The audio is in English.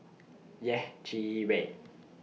Yeh Chi Wei